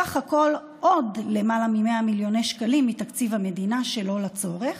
ובסך הכול עוד למעלה מ-100 מיליוני שקלים מתקציב המדינה שלא לצורך,